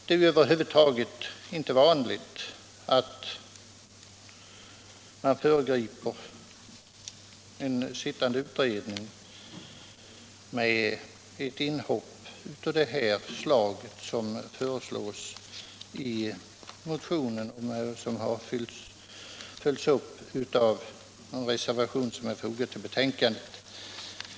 Det är över huvud taget inte vanligt att man föregriper en sittande utredning med ett sådant inhopp som föreslogs i motionen, som har följts upp av en reservation fogad till betänkandet.